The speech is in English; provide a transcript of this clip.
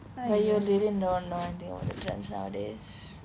but you really don't know anything about the trends nowadays